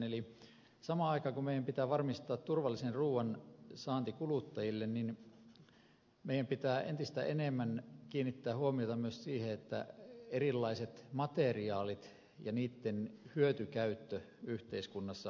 eli samaan aikaan kun meidän pitää varmistaa turvallisen ruuan saanti kuluttajille meidän pitää entistä enemmän kiinnittää huomiota myös siihen että erilaiset materiaalit ja niitten hyötykäyttö yhteiskunnassa paranee